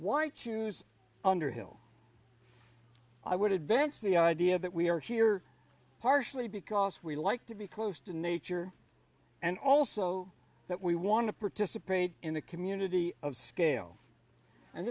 why choose underhill i would advance the idea that we are here partially because we like to be close to nature and also that we want to participate in a community of scale and